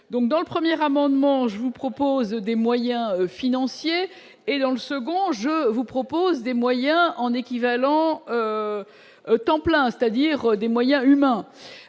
donc dans la première amendement, je vous propose des moyens financiers et dans le second, je vous propose des moyens en équivalent temps plein, c'est-à-dire des moyens humains,